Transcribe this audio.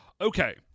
Okay